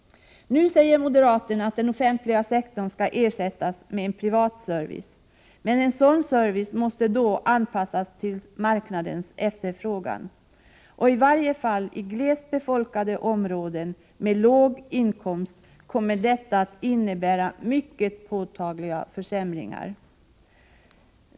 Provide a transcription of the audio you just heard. Nu säger moderaterna att den offentliga sektorn skall ersättas med en privat service. Men en sådan service måste då anpassas till marknadens efterfrågan, och i varje fall i glest befolkade områden med låg inkomstnivå kommer detta att innebära mycket påtagliga försämringar.